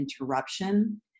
interruption